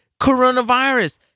coronavirus